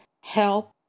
help